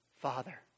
Father